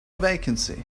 vacancy